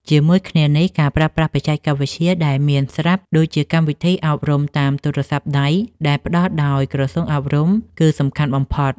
ជាមួយគ្នានេះ ការប្រើប្រាស់បច្ចេកវិទ្យាដែលមានស្រាប់ដូចជាកម្មវិធីអប់រំតាមទូរស័ព្ទដៃ ដែលផ្តល់ដោយក្រសួងអប់រំ គឺសំខាន់បំផុត។